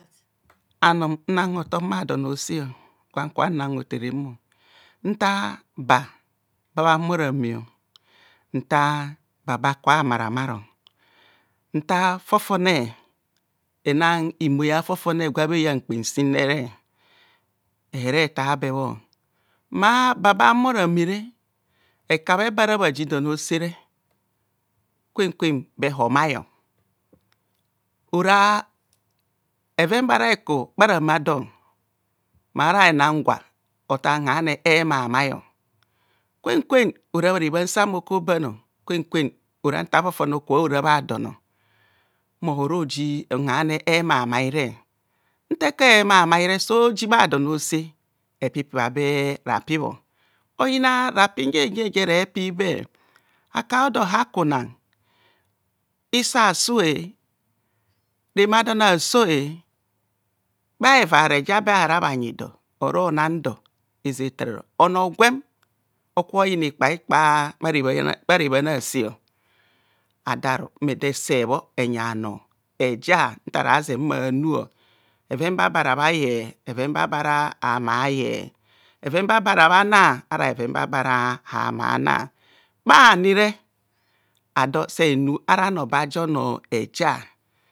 Bha egbeh ajenana ja gwo aka ra bhanor oso ze nta ra kpere onor hotere obhazi ozama hotere kwemanire ora onor so far okpene onor dudu safa hotere obhazi a kpene anyi onor gwen jene, bheven baka bhera bha roso a'zoi manire bhehara hara onaru agwo sa nu bha hotere obhazi asa ye ntorovoi a'ofefio ovoi afi ono dudu efi ovoi ana bheven ba bhebhana bho ovoi ana bhoja obhazi rofem hamare pebho ora egbe ara jani jani ero na rofem run deme ne kasen kasen ntagwo aka totobha hotere obhazi ara onordudu aka na onodudu oyen moven fa gwo aye bha hotere obhazio aka ana onodudu oze esasa sa he ku bha hotere obtere obhazi ora etoma edor, hotere obhazi ora obhazi amena mene. Egbe ajenana ja doese ke na hotere obha zi sayen rofem sa rodama damo bhoven o'fen egba jere sunhani a ku bhausa obhazi onaru egba jenana sa do eku ntarofem ro dam dor sora hotere obhazi ador ehere huomo ebhabhana rofem ha rodo mma da rodemene dor kasen onary onor agwenana bha egbe jenere gwa rofem ro demademene ora hotere obhazi ere humo ehubhara domene.